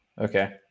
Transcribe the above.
okay